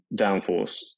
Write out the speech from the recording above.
downforce